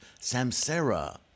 samsara